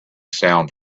sound